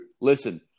listen